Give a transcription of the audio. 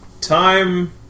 Time